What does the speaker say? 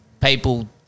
people